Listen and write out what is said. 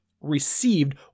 received